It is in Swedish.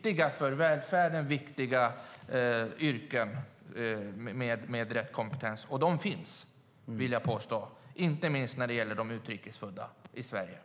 Dessa för välfärden så viktiga yrken med rätt kompetens bör snabbt besättas och den finns, inte minst när det gäller de utrikesfödda i Sverige.